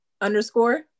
underscore